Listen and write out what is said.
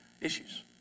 issues